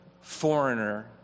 foreigner